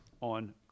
on